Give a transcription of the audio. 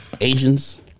Asians